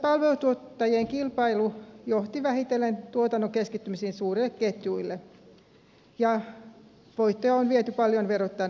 myös palveluntuottajien kilpailu johti vähitellen tuotannon keskittymiseen suurille ketjuille ja voittoja on viety paljon verottajan ulottumattomiin